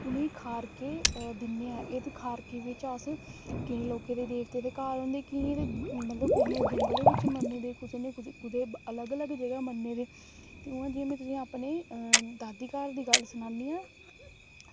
ते उनेंगी खारकै दिन्ने आं ते इनें खारकें बिच अस केईं लोकें दे देवतें दे घर होंदे ते केइयें दे कुसै नै जंगल बिच मन्ने दे ते कुसै नै अलग अलग मन्ने दे ते हून में जियां तुसेंगी अपनी दादी घर दी गल्ल सनानी आं